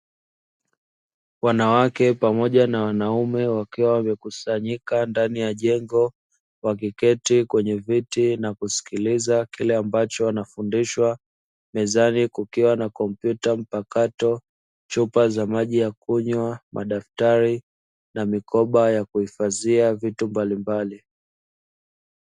Wanawake pamoja na wanaume wakiwa wamekusanyika ndani ya jengo, wakiketi kwenye viti na kusikiliza kile ambacho wanafundishwa. Mezani kukiwa na kompyuta mpakato, chupa za maji ya kunywa, madaftari na mikoba ya kuhifadhia vitu mbalimbali.